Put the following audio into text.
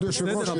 כבוד היושב-ראש,